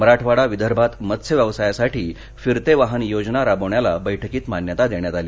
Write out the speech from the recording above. मराठवाडा विदर्भात मत्स्य व्यवसायासाठी फिरते वाहन योजना राबवण्याला बैठकीत मान्यता देण्यात आली